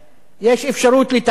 יש אפשרות לתעד,